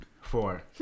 four